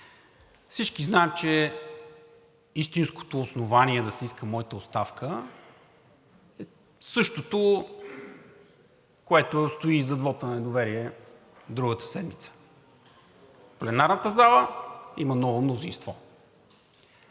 Всички знаем, че истинското основание да се иска моята оставка е същото, което стои и зад вота на недоверие другата седмица – в пленарната зала има ново мнозинство.